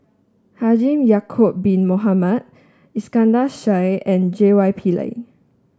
Haji Ya'acob Bin Mohamed Iskandar Shah and J Y Pillay